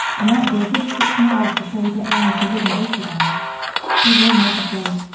and that will be a good six miles before we get round to the wooden bridge again it will make us late,